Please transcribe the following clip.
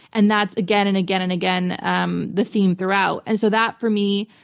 and that's again and again and again um the theme throughout. and so that, for me,